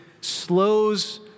slows